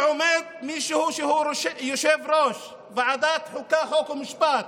כשעומד מישהו שהוא יושב-ראש ועדת החוקה, חוק ומשפט